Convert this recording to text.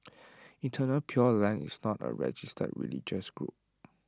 eternal pure land is not A registered religious group